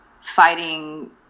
fighting